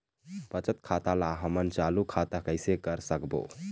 बचत खाता ला हमन चालू खाता कइसे कर सकबो?